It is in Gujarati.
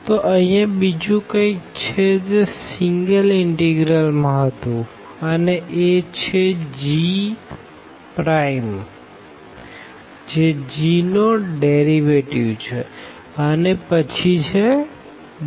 તો અહિયાં બીજું કૈઈક છે જે સિંગલ ઇનટેગરલ માં હતું અને એ છે g પ્રાયમ જે g નો ડેરીવેટીવ છે અને પછી dt